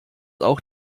auch